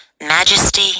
majesty